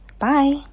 Bye